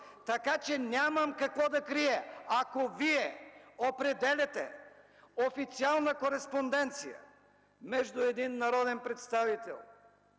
така че нямам какво да крия. Ако Вие определяте официална кореспонденция между един народен представител,